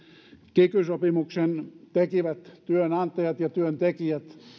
kiky sopimuksen tekivät työnantajat ja työntekijät